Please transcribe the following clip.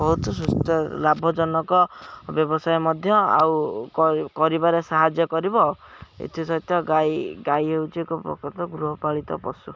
ବହୁତ ସୁସ୍ଥ ଲାଭଜନକ ବ୍ୟବସାୟ ମଧ୍ୟ ଆଉ କରିବାରେ ସାହାଯ୍ୟ କରିବ ଏଥିସହିତ ଗାଈ ଗାଈ ହେଉଛି ଏକ ପ୍ରକତ ଗୃହପାଳିତ ପଶୁ